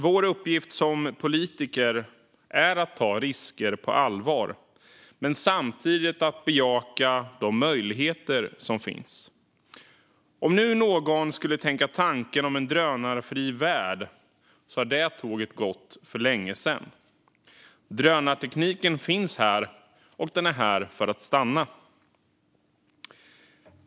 Vår uppgift som politiker är att ta risker på allvar och samtidigt bejaka de möjligheter som finns. Om nu någon skulle tänka tanken om en drönarfri värld kan jag säga att det tåget har gått för länge sedan. Drönartekniken finns här, och den är här för att stanna.